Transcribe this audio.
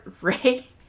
Ray